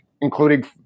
including